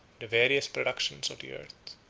the various productions of the earth.